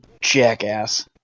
jackass